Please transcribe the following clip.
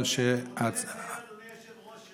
אדוני היושב-ראש,